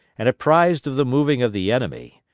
and apprised of the moving of the enemy,